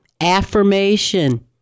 Affirmation